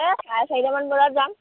এ চাৰে চাৰিটামান বজাত যাম